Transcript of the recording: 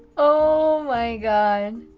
oh my god.